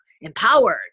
empowered